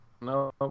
No